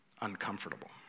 uncomfortable